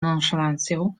nonszalancją